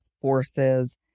forces